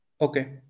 Okay